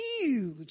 huge